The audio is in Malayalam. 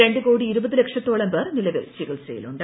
രണ്ട് കോടി ഇരുപത് ലക്ഷത്തോളം പേർ നിലവിൽ ചികിത്സയിലുണ്ട്